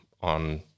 on